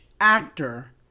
actor